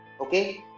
Okay